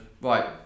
right